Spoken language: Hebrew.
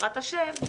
בעזרת השם,